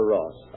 Ross